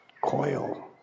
coil